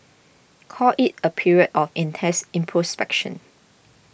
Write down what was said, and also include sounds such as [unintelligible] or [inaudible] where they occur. call it a period of intense [unintelligible]